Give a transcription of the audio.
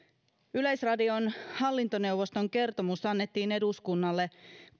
yleisradion hallintoneuvoston kertomus annettiin eduskunnalle